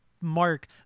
Mark